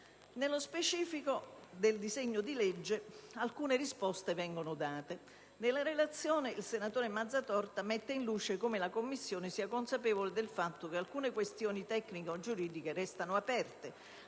Stato italiano. Nel disegno di legge in esame alcune risposte vengono offerte: nella relazione, il senatore Mazzatorta ha messo in luce come la Commissione sia consapevole del fatto che alcune questioni tecnico-giuridiche restino aperte: